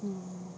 mm